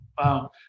Wow